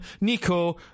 nico